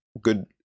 good